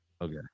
Okay